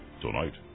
Tonight